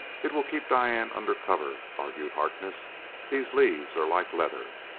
it will keep diane under cover, argued harkness these leaves are like leather.